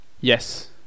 Yes